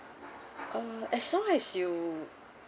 uh as long as you